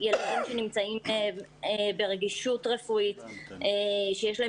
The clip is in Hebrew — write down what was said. ילדים שנמצאים ברגישות רפואית שיש להם